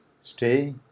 stay